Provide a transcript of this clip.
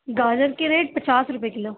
گاجر کے ریٹ پچاس روپئے کلو